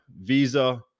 Visa